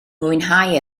mwynhau